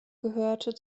gehörte